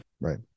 Right